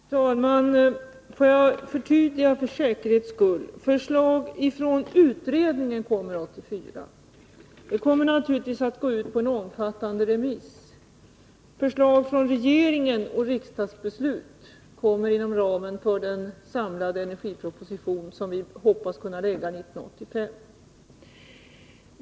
Fru talman! Får jag för säkerhets skull förtydliga. Förslag från utredningen kommer 1984. Detta kommer naturligtvis att gå ut på omfattande remiss. Förslag från regeringen och riksdagsbeslut kommer inom ramen för den samlade energiproposition vi hoppas kunna framlägga 1985.